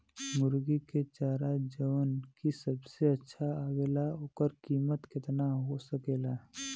मुर्गी के चारा जवन की सबसे अच्छा आवेला ओकर कीमत केतना हो सकेला?